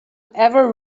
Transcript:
ever